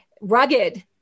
rugged